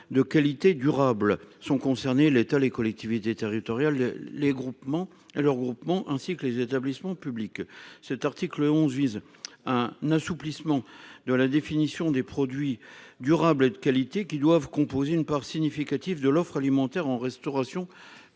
de qualité durable. Sont concernés : l'État, les collectivités territoriales, leurs groupements et les établissements publics. L'article 11 assouplit la définition des produits durables et de qualité qui doivent composer une part significative de l'offre alimentaire en restauration